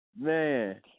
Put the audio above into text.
Man